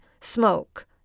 smoke